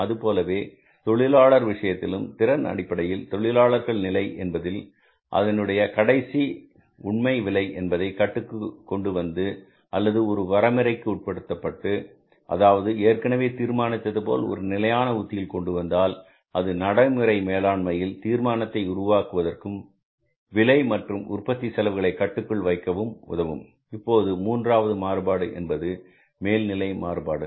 அதுபோலவே தொழிலாளர் விஷயத்திலும் திறன் அடிப்படையில் தொழிலாளர் நிலை என்பதில் அதனுடைய கடைசி உண்மை விலை என்பதை கட்டுப்பாட்டுக்கு கொண்டுவந்து அல்லது ஒரு வரைமுறைக்கு உட்பட்டு அதாவது ஏற்கனவே தீர்மானித்தது போல் ஒரு நிலையான உத்தியில் கொண்டு வந்தால் அது நடைமுறை மேலாண்மையில் தீர்மானத்தை உருவாக்குவதற்கும் விலை மற்றும் உற்பத்தி செலவுகளை கட்டுக்குள் வைக்கவும் உதவும் இப்போது மூன்றாவது மாறுபாடு என்பது மேல் நிலை மாறுபாடு